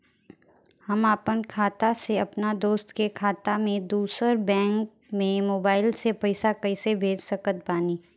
हम आपन खाता से अपना दोस्त के खाता मे दोसर बैंक मे मोबाइल से पैसा कैसे भेज सकत बानी?